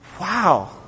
Wow